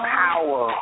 power